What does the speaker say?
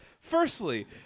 Firstly